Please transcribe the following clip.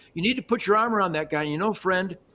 you need to put your arm around that guy. you know, friend,